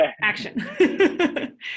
action